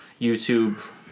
YouTube